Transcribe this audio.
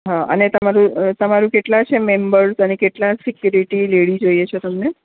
હા અને તમારું તમારું કેટલા છે મેમ્બર્સ અને કેટલા સીકયુરિટી લેડી જોઈએ છે તમને